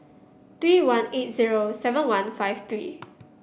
three one eight zero seven one five three